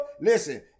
Listen